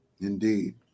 Indeed